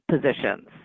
positions